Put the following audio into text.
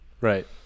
right